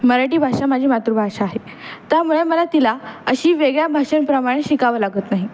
मराठी भाषा माझी मातृभाषा आहे त्यामुळे मला तिला अशी वेगळ्या भाषेंप्रमाणे शिकावं लागत नाही